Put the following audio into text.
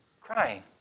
crying